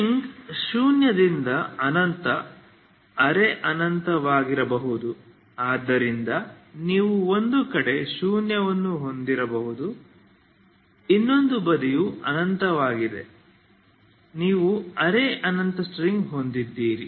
string ಶೂನ್ಯದಿಂದ ಅನಂತ ಅರೆ ಅನಂತವಾಗಿರಬಹುದು ಆದ್ದರಿಂದ ನೀವು ಒಂದು ಕಡೆ ಶೂನ್ಯವನ್ನು ಹೊಂದಿರಬಹುದು ಇನ್ನೊಂದು ಬದಿಯು ಅನಂತವಾಗಿದೆ ನೀವು ಅರೆ ಅನಂತ ಸ್ಟ್ರಿಂಗ್ ಹೊಂದಿದ್ದರೆ